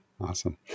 Awesome